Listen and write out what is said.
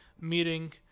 meeting